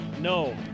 No